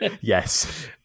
Yes